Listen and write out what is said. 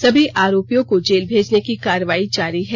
सभी आरोपियो को को जेल भेजने की करवाई जारी है